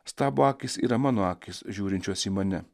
stabo akys yra mano akys žiūrinčios į mane